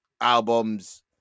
albums